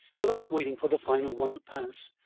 without waiting for the final one to pass,